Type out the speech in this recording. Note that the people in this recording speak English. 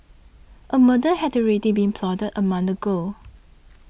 a murder had already been plotted a month ago